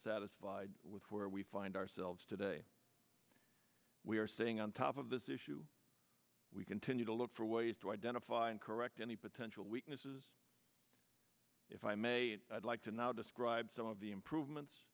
satisfied with where we find ourselves today we are staying on top of this issue we continue to look for ways to identify and correct any potential weaknesses if i may i'd like to now describe some of the improvements